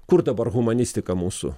kur dabar humanistika mūsų